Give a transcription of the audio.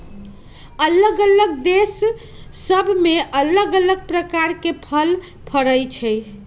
अल्लग अल्लग देश सभ में अल्लग अल्लग प्रकार के फल फरइ छइ